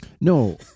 No